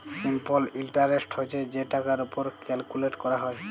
simple interest হছে যে টাকার উপর ক্যালকুলেট ক্যরা হ্যয়